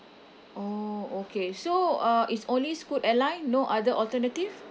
oh okay so uh it's only scoot airline no other alternative